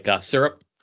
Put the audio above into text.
syrup